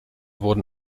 wurden